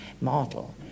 model